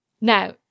Now